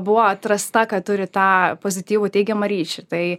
buvo atrasta kad turi tą pozityvų teigiamą ryšį tai